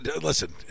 Listen